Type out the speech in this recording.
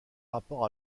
rapport